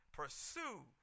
pursue